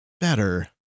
better